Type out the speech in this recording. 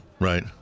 Right